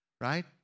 right